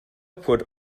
put